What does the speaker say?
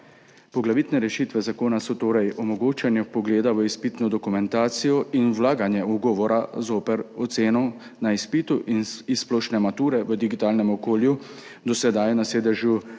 Poglavitne rešitve zakona so torej omogočanje vpogleda v izpitno dokumentacijo in vlaganje ugovora zoper oceno na izpitu iz splošne mature v digitalnem okolju, do sedaj na sedežu